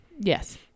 Yes